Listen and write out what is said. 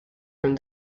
from